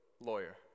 lawyer